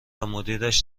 مدیرش